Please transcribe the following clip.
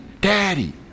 Daddy